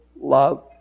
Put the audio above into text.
love